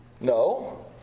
no